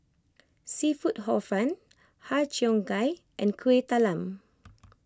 Seafood Hor Fun Har Cheong Gai and Kueh Talam